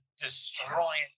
destroying